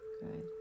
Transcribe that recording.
Good